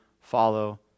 follow